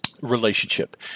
Relationship